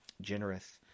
generous